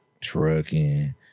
trucking